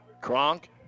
Kronk